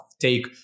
take